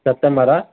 सत माड़ा